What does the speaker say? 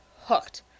hooked